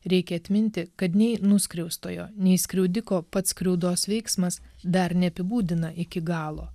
reikia atminti kad nei nuskriaustojo nei skriaudiko pats skriaudos veiksmas dar neapibūdina iki galo